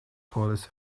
police